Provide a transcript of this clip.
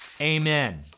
amen